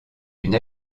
une